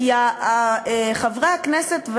כי חברי הכנסת,